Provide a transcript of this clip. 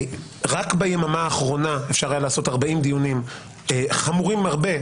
רק ביממה האחרונה אפשר היה לעשות 40 דיונים חמורים הרבה,